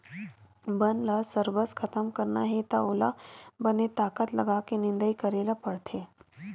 बन ल सरबस खतम करना हे त ओला बने ताकत लगाके निंदई करे ल परथे